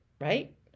right